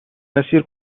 مسیر